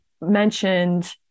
mentioned